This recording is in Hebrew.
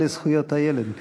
הוועדה לזכויות הילד.